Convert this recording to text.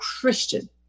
Christian